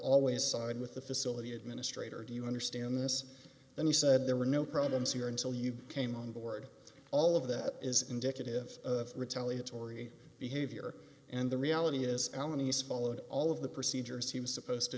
inside with the facility administrator do you understand this then he said there were no problems here until you came on board all of that is indicative of retaliatory behavior and the reality is alan has followed all of the procedures he was supposed to